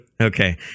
Okay